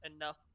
enough